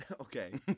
okay